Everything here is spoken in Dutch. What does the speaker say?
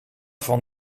van